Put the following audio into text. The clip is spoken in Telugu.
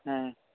ఆయి